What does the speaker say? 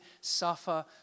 suffer